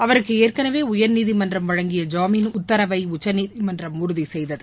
அவருக்கு ஏற்கனவே உயர்நீதிமன்றம் வழங்கிய ஜாமீன் உத்தரவை உச்சநீதிமன்றம் உறுதி செய்தது